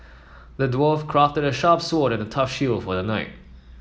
the dwarf crafted a sharp sword and a tough shield for the knight